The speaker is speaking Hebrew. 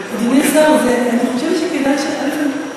אדוני השר, אני חושבת שכדאי, א.